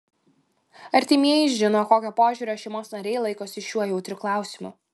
artimieji žino kokio požiūrio šeimos nariai laikosi šiuo jautriu klausimu